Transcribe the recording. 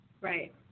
right